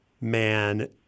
man